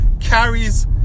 carries